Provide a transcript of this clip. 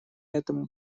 этому